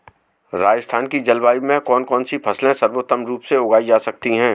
राजस्थान की जलवायु में कौन कौनसी फसलें सर्वोत्तम रूप से उगाई जा सकती हैं?